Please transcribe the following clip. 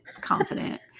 confident